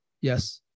Yes